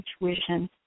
intuition